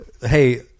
Hey